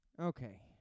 Okay